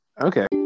Okay